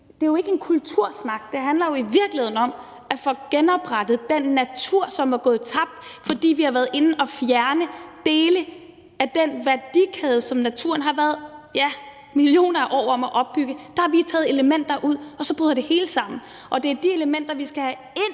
det er jo ikke en kultursnak. Det handler jo i virkeligheden om at få genoprettet den natur, som er gået tabt, fordi vi har været inde at fjerne dele af den værdikæde, som naturen har været millioner af år om at opbygge. Der har vi taget elementer ud, og så bryder det hele sammen. Det er de elementer, vi igen skal have ind